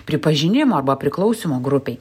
pripažinimo arba priklausymo grupei